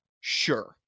sure